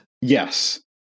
Yes